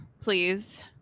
please